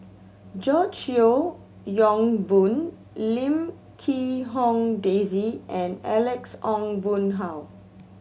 George Yeo Yong Boon Lim Quee Hong Daisy and Alex Ong Boon Hau